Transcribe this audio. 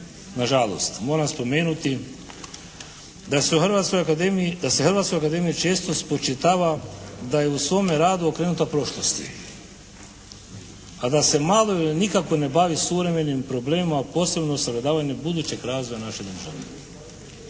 Hrvatskoj akademiji, da se Hrvatskoj akademiji često spočitava da je u svome radu okrenuta prošlosti, a da se malo ili nikako ne bavi suvremenim problemima, a posebno u sagledavanju budućeg razvoja naše države.